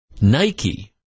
Nike